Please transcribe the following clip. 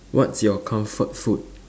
what's your comfort food